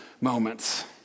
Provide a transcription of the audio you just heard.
moments